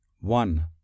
One